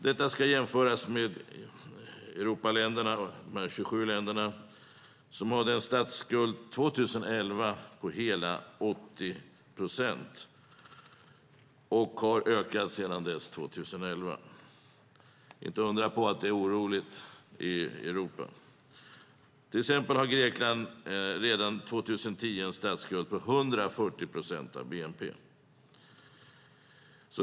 Detta ska jämföras med de 27 länderna i Europa som år 2011 hade en statsskuld på hela 80 procent, och den har ökat sedan dess. Det är inte att undra på att det är oroligt i Europa. Redan 2010 hade till exempel Grekland en statsskuld på 140 procent av bnp.